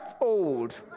old